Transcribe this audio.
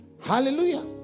Hallelujah